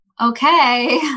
okay